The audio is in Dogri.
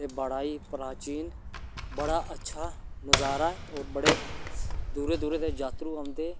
ते बड़ा ई प्राचीन बड़ा अच्छा नजारा ऐ होर बड़े दूरा दूरा दा जातरू औंदे